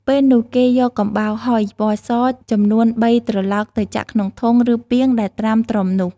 ពេលនោះ គេយកកំបោរហុយ (ពណ៌ស) ចំនួនបីត្រឡោកទៅចាក់ក្នុងធុង ឬ ពាងដែលត្រាំត្រុំនោះ។